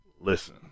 Listen